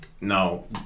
No